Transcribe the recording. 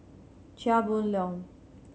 Chia Boon Leong